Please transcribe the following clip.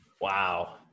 Wow